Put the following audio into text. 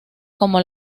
como